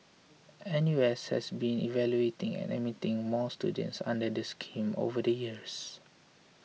N U S has been evaluating and admitting more students under the scheme over the years